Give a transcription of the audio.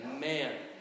Man